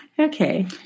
Okay